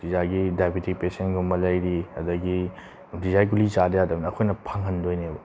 ꯅꯨꯡꯇꯤꯖꯥꯒꯤ diabetes ꯄꯦꯁꯦꯟꯒꯨꯝꯕ ꯂꯩꯔꯤ ꯑꯗꯒꯤ ꯅꯨꯡꯇꯤꯖꯥꯒꯤ ꯒꯨꯂꯤ ꯆꯥꯗ ꯌꯥꯗꯕꯅꯤꯅ ꯑꯩꯈꯣꯏꯅ ꯐꯪꯍꯟꯗꯣꯏꯅꯕ